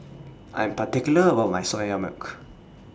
I'm particular about My Soya Milk